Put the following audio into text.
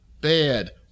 bad